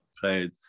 played